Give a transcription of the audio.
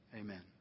Amen